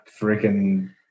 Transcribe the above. freaking